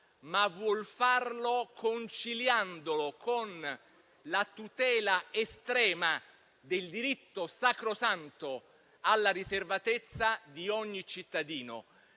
ma vuole farlo conciliandola con la tutela estrema del diritto sacrosanto alla riservatezza di ogni cittadino,